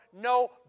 no